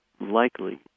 likely